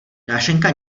dášeňka